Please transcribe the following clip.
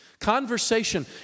Conversation